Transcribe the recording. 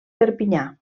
perpinyà